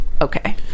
okay